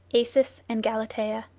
acis and galatea